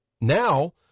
now